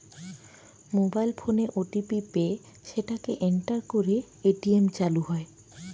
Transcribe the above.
mobile ফোনে OTP পেয়ে সেটাকে এন্টার করে এ.টি.এম চালু হয়